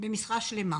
במשרה שלמה